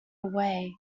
away